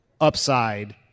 upside